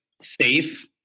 safe